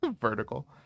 Vertical